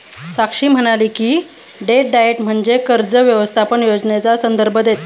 साक्षी म्हणाली की, debt diet म्हणजे कर्ज व्यवस्थापन योजनेचा संदर्भ देतं